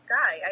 guy